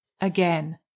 again